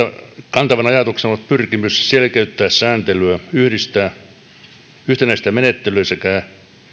kantavana ajatuksena on ollut pyrkimys selkeyttää sääntelyä yhtenäistää menettelyä